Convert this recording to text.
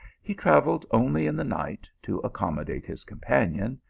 he travelled only in the night, to accom modate his companion,